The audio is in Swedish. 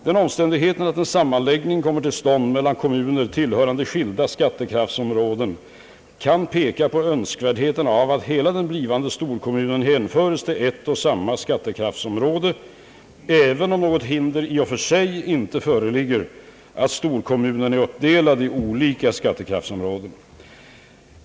Den omständigheten att en sammanläggning kommer till stånd mellan kommuner tillhörande skilda skattekraftsområden kan peka på önskvärdheten av att hela den blivande storkommunen hänföres till ett och samma skattekraftsområde, även om något hinder i och för sig inte föreligger att storkommunen är uppdelad i olika skattekraftsområden.